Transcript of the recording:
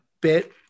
bit